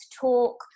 talk